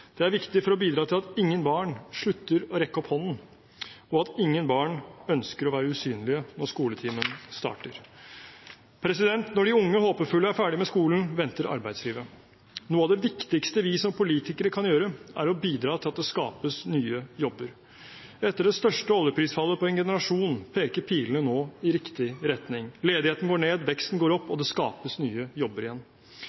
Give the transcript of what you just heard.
Det er viktig for å bidra til at ingen barn slutter å rekke opp hånden, og at ingen barn ønsker å være usynlige når skoletimen starter. Når de unge håpefulle er ferdig med skolen, venter arbeidslivet. Noe av det viktigste vi som politikere kan gjøre, er å bidra til at det skapes nye jobber. Etter det største oljeprisfallet på en generasjon peker pilene nå i riktig retning. Ledigheten går ned, veksten går opp, og